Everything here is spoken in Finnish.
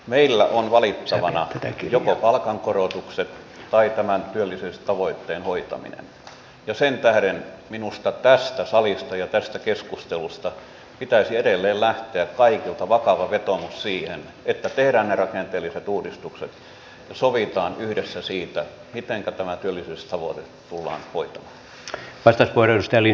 meillä on valittavana joko palkankorotukset tai tämän työllisyystavoitteen hoitaminen ja sen tähden minusta tästä salista ja tästä keskustelusta pitäisi edelleen lähteä kaikilta vakava vetoomus siihen että tehdään ne rakenteelliset uudistukset ja sovitaan yhdessä siitä mitenkä tämä työllisyystavoite tullaan hoitamaan